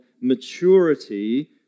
maturity